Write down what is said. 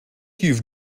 you’ve